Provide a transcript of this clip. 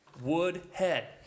Woodhead